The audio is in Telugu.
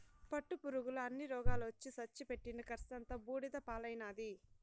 పట్టుపురుగుల అన్ని రోగాలొచ్చి సచ్చి పెట్టిన కర్సంతా బూడిద పాలైనాది